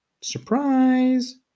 surprise